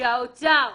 שהאוצר